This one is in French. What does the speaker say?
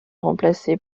remplacé